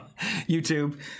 YouTube